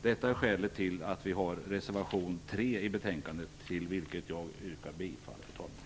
Detta är skälet till reservation 3 från oss moderater, vilken jag yrkar bifall till.